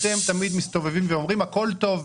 אתם תמיד מסתובבים ואומרים: הכול טוב,